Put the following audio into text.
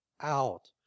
out